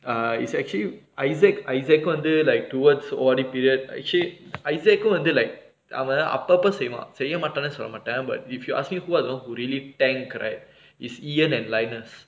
err it's actually issac isaac வந்து:vanthu like towards audit period issac isaac வந்து:vanthu like அவன் அப்ப அப்ப செய்வான் செய்ய மாட்டேனு சொல்லமாட்ட:avan appa appa seivaan seiya maataenu sollamaatta but if you ask me what are the ones who really thank right is ian and linus